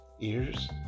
ears